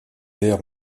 l’air